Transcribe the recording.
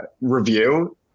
review